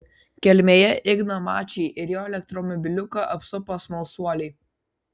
kelmėje igną mačį ir jo elektromobiliuką apsupo smalsuoliai